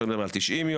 יכולים לדבר על 90 יום.